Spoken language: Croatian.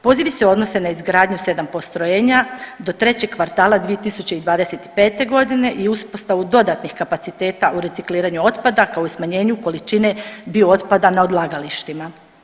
Pozivi se odnose na izgradnju 7 postrojenja do trećeg kvartala 2025. godine i uspostavu dodatnih kapaciteta u recikliranju otpada kao i u smanjenju količine biootpada na odlagalištima.